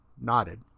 nodded